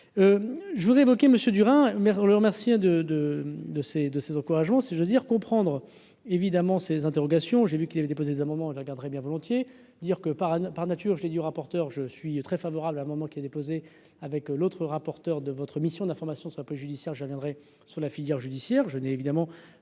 le remercier de, de, de, ses, de ses encouragements, si je veux dire comprendre évidemment ces interrogations, j'ai vu qu'il avait déposé des amendements, je regarderais bien volontiers, dire que par, par nature, j'ai du rapporteur, je suis très favorable à un moment qui a déposé avec l'autre rapporteur de votre mission d'information sur judiciaire, je viendrai sur la filière judiciaire,